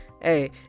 Hey